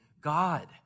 God